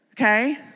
Okay